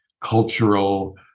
cultural